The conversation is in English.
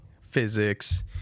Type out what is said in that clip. physics